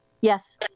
Yes